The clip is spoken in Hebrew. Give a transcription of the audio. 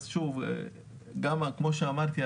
כפי שאמרתי,